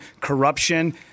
corruption